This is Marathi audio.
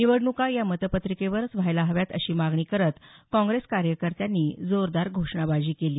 निवडण्का या मतपत्रिकेवरच व्हायला हव्यात अशी मागणी करत काँग्रेस कार्यकर्त्यांनी जोरदार घोषणाबाजी केली